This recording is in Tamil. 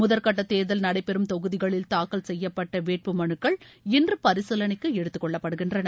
முதற்கட்ட தேர்தல் நடைபெறும் தொகுதிகளில் தாக்கல் செய்யப்பட்ட வேட்பு மனுக்கள் இன்று பரிசீலனைக்கு எடுத்துக்கொள்ளப்படுகின்றன